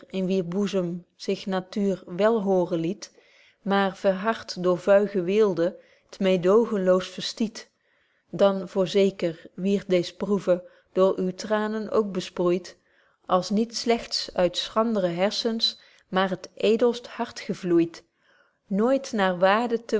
in wier boezem zich natuur wél hooren liet maar verhard door vuige weelde het meêdogenloos verstiet dan voorzeker wierd deez proeve door uw traanen ook besproeit als niet slegts uit schrandre harssens maar het edelst hart gevloeit nooit naar waarde te